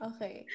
Okay